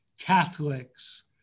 Catholics